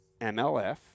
MLF